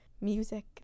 music